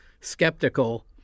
skeptical